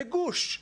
זה גוש.